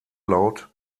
laut